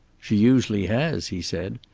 she usually has, he said.